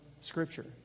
Scripture